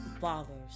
Fathers